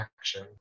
action